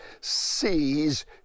sees